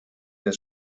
der